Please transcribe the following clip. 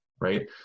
right